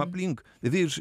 aplink virš